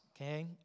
okay